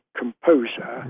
composer